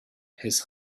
his